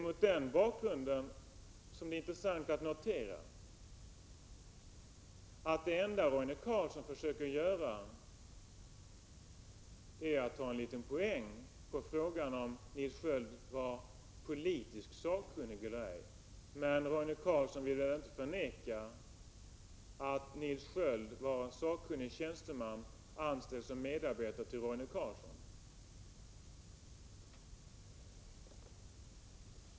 Mot den bakgrunden är det intressant att notera att det enda Roine Carlsson försöker göra är att ta en liten poäng på frågan om Nils Sköld var politiskt sakkunnig eller ej. Men Roine Carlsson vill väl inte förneka att Nils Sköld var en sakkunnig tjänsteman, anställd som medarbetare till Roine Carlsson?